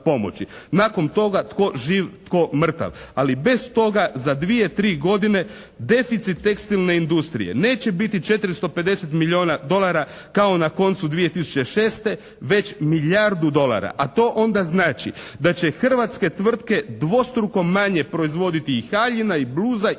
Nakon toga tko živ tko mrtav. Ali bez toga za dvije, tri godine deficit tekstilne industrije neće biti 450 milijuna dolara kao na koncu 2006. već milijardu dolara, a to onda znači da će hrvatske tvrtke dvostruko manje proizvoditi i haljina i bluza i cipela